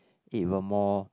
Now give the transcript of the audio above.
it will more